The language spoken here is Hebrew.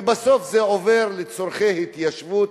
ובסוף זה עובר לצורכי התיישבות,